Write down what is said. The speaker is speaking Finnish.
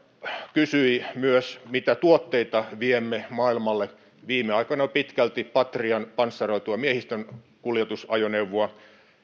kysyi myös mitä tuotteita viemme maailmalle viime aikoina pitkälti patrian panssaroituja miehistönkuljetusajoneuvoja